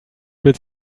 wird